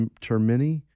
Termini